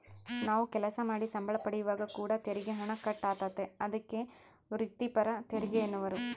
ನಾವು ಕೆಲಸ ಮಾಡಿ ಸಂಬಳ ಪಡೆಯುವಾಗ ಕೂಡ ತೆರಿಗೆ ಹಣ ಕಟ್ ಆತತೆ, ಅದಕ್ಕೆ ವ್ರಿತ್ತಿಪರ ತೆರಿಗೆಯೆನ್ನುವರು